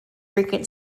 frequent